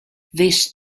this